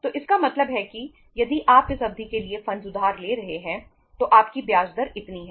तो इसका मतलब है कि यदि आप इस अवधि के लिए फंडस उधार ले रहे हैं तो आपकी ब्याज दर इतनी है